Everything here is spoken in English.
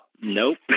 Nope